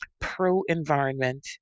pro-environment